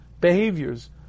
behaviors